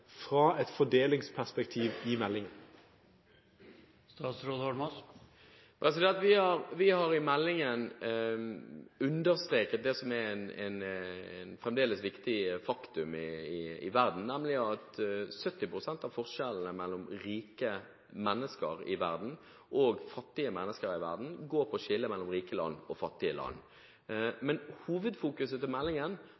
fra et fordelingsperspektiv i meldingen? Vi har i meldingen understreket det som fremdeles er et viktig faktum, nemlig at 70 pst. av forskjellene mellom rike og fattige mennesker i verden går på skillet mellom rike og fattige land.